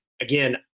again